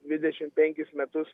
dvidešim penkis metus